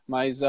Mas